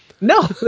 no